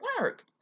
work